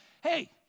hey